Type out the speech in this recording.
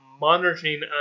monitoring